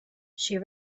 she